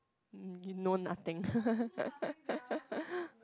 you know nothing